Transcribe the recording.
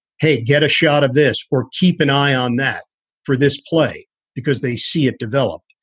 hey, get a shot of this or keep an eye on that for this play because they see it develop.